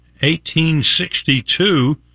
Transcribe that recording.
1862